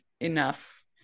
enough